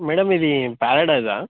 madam ఇది Paradise